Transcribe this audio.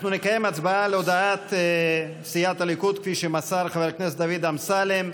על הודעת סיעת הליכוד כפי שמסר חבר הכנסת דוד אמסלם.